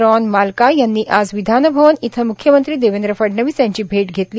Ron Malka यांनी आज विधान भवन इथ म्ख्यमंत्री देवेंद्र फडणवीस यांची भेट घेतली